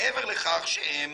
מעבר לכך שהם